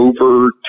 over